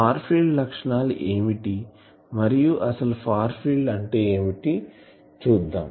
far field లక్షణాలు ఏమిటి మరియు అసలు ఫార్ ఫీల్డ్ అంటే ఏమిటో చూద్దాం